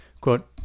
Quote